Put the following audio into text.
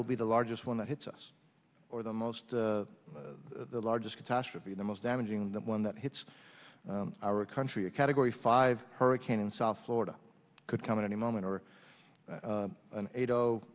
will be the largest one that hits us or the most the largest catastrophe the most damaging the one that hits our country a category five hurricane in south florida could come at any moment or an eight